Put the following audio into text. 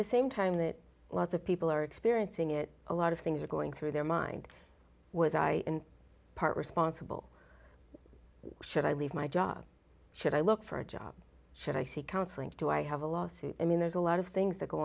the same time that lots of people are experiencing it a lot of things are going through their mind was i in part responsible should i leave my job should i look for a job should i seek counseling too i have a lawsuit i mean there's a lot of things that go